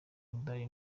w’umudage